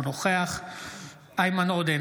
אינו נוכח איימן עודה,